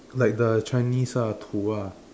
like the Chinese ah 土 ah